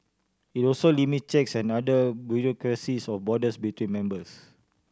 it also limit checks and other bureaucracies or borders between members